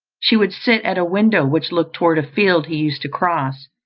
she would sit at a window which looked toward a field he used to cross,